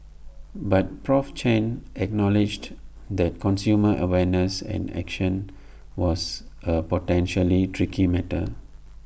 but Prof Chen acknowledged that consumer awareness and action was A potentially tricky matter